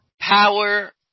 power